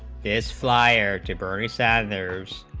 is flier to bury said there's